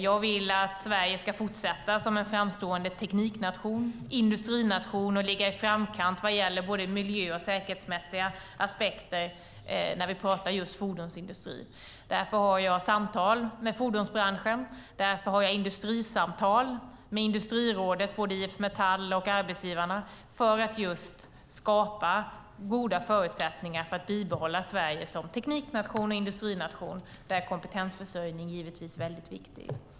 Jag vill att Sverige ska fortsätta som en framstående tekniknation och industrination och ligga i framkant vad gäller både miljö och säkerhetsmässiga aspekter när det gäller fordonsindustrin. Därför för jag samtal med fordonsbranschen. Jag för industrisamtal med Industrirådet, med både IF Metall och arbetsgivarna, för att skapa goda förutsättningar för att bibehålla Sverige som tekniknation och industrination. Kompetensförsörjningen är givetvis väldigt viktig.